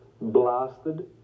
blasted